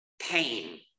pain